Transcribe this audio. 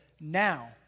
now